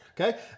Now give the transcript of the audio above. Okay